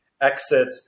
exit